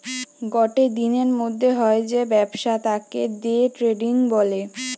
গটে দিনের মধ্যে হয় যে ব্যবসা তাকে দে ট্রেডিং বলে